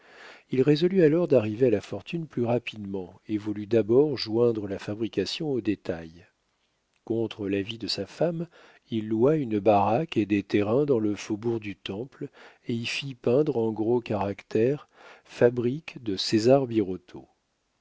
il résolut alors d'arriver à la fortune plus rapidement et voulut d'abord joindre la fabrication au détail contre l'avis de sa femme il loua une baraque et des terrains dans le faubourg du temple et y fit peindre en gros caractères fabrique de césar